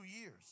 years